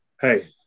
hey